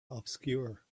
obscure